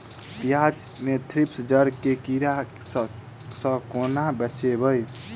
प्याज मे थ्रिप्स जड़ केँ कीड़ा सँ केना बचेबै?